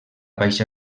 baixa